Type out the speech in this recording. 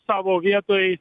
savo vietoj